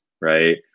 right